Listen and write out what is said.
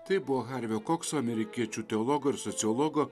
tai buvo harvio kokso amerikiečių teologo ir sociologo